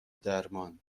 درمان